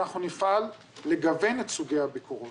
אנחנו נפעל לגוון את סוגי הביקורות.